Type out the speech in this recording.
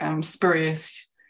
spurious